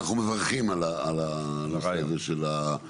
אנחנו מברכים על הדבר הזה של הדיגיטציה.